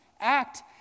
act